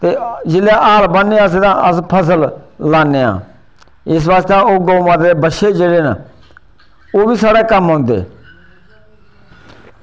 ते जेल्लै हल्ल बाह्नै अस तां फसल लान्ने आं ते इस आस्तै ओह् गौ माता दे बच्छे जेह्ड़े न ओह्बी साढ़े कम्म औंदे न